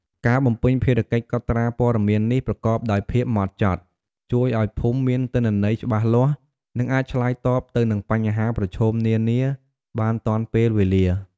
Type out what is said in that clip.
ការបំពេញភារកិច្ចកត់ត្រាព័ត៌មាននេះប្រកបដោយភាពហ្មត់ចត់ ជួយឱ្យភូមិមានទិន្នន័យច្បាស់លាស់ និងអាចឆ្លើយតបទៅនឹងបញ្ហាប្រឈមនានាបានទាន់ពេលវេលា។